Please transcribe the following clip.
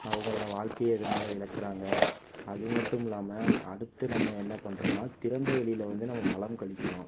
அவர்களோடைய வாழ்க்கையே இதனால் இழக்கிறாங்க அதுமட்டுமில்லாமல் அடுத்து நம்ப என்ன பண்கிறோம்னா திறந்த வெளியில் வந்து நம்ப மலம் கழிக்கிறோம்